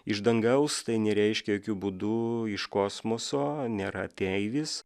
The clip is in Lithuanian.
iš dangaus tai nereiškia jokiu būdu iš kosmoso nėra ateivis